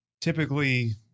Typically